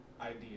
Idea